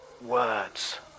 words